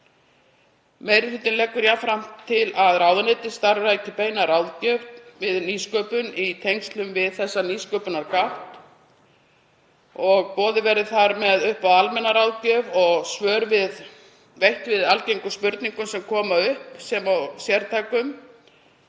Meiri hlutinn leggur jafnframt til að ráðuneytið starfræki beina ráðgjöf við nýsköpun í tengslum við nýsköpunargátt. Boðið verði þar upp á almenna ráðgjöf og svör veitt við algengum spurningum sem koma upp sem og sértækum